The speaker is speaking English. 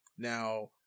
Now